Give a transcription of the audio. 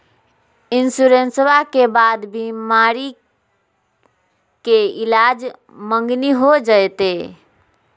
इंसोरेंसबा के बाद बीमारी के ईलाज मांगनी हो जयते?